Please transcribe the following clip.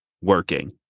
working